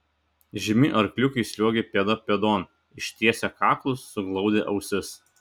žemi arkliukai sliuogė pėda pėdon ištiesę kaklus suglaudę ausis